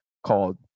called